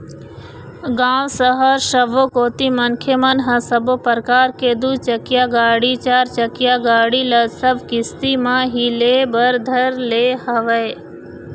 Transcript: गाँव, सहर सबो कोती मनखे मन ह सब्बो परकार के दू चकिया गाड़ी, चारचकिया गाड़ी ल सब किस्ती म ही ले बर धर ले हवय